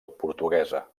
portuguesa